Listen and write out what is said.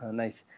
nice